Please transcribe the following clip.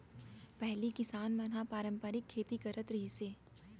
पहिली किसान मन ह पारंपरिक खेती करत रिहिस हे